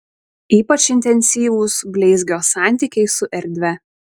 ypač intensyvūs bleizgio santykiai su erdve